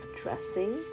dressing